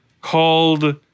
called